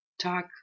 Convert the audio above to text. talk